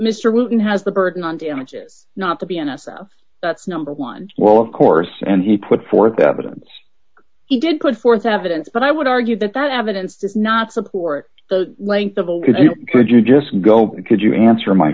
mr wilson has the burden on damages not the piano that's number one well of course and he put forth evidence he did put forth evidence but i would argue that that evidence does not support the length of the could you could you just go could you answer my